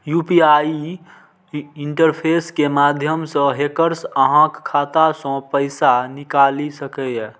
UPI interface के माध्यम सं हैकर्स अहांक खाता सं पैसा निकालि सकैए